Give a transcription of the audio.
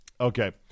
okay